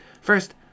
First